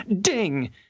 ding